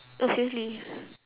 oh seriously